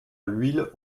l’huile